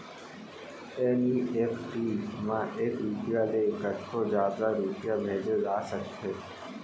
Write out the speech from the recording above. NEFT म एक रूपिया ले कतको जादा रूपिया भेजे जा सकत हे